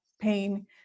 pain